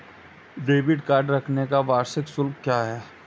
Debit card रखने का वार्षिक शुल्क क्या है?